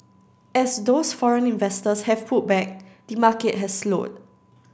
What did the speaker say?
as those foreign investors have pulled back the market has slowed